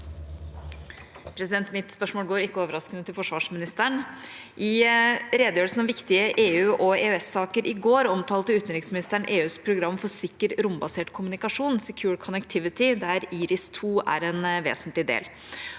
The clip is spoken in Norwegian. I redegjørelsen om viktige EU- og EØS-saker i går omtalte utenriksministeren EUs program for sikker rombasert kommunikasjon, Secure Connectivity, der IRIS[2] er en vesentlig del.